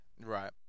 Right